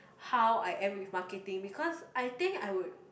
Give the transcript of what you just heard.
how I am with marketing because I think I would